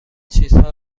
چیزها